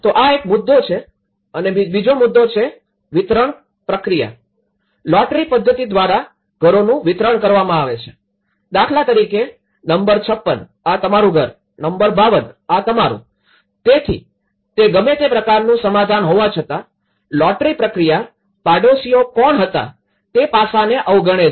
તો આ એક મુદ્દો છે અને બીજો મુદ્દો છે વિતરણ પ્રક્રિયા લોટરી પદ્ધતિ દ્વારા ઘરોનું વિતરણ કરવામાં આવે છે દાખલા તરીકે નંબર ૫૬ આ તમારું ઘર નંબર ૫૨ તેથી તે ગમે તે પ્રકારનું સમાધાન હોવા છતાં લોટરી પ્રક્રિયા પાડોશીઓ કોણ હતા તે પાસ ને અવગણે છે